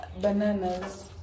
Bananas